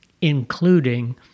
including